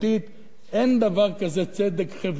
אין דבר כזה צדק חברתי, אדוני.